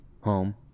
home